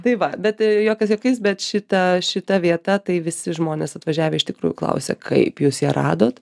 tai va bet juokas juokais bet šita šita vieta tai visi žmonės atvažiavę iš tikrųjų klausia kaip jūs ją radot